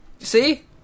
See